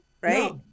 right